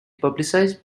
publicized